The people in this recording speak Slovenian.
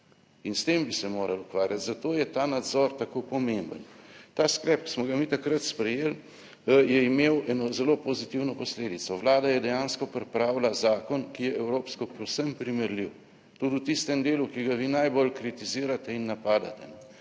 In s tem bi se morali ukvarjati, zato je ta nadzor tako pomemben. Ta sklep, ki smo ga mi takrat sprejeli, je imel eno zelo pozitivno posledico. Vlada je dejansko pripravila zakon, ki je evropsko povsem primerljiv, tudi v tistem delu, ki ga vi najbolj kritizirate in napadate.